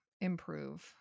improve